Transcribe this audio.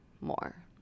more